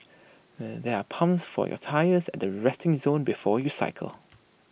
there are pumps for your tyres at the resting zone before you cycle